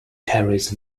carries